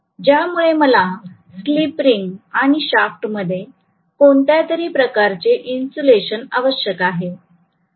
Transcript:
ज्यामुळे मला slip ring आणि शाफ्टमध्ये कोणत्यातरी प्रकारचे इंसुलेशन आवश्यक आहे